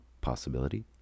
possibility